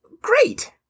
Great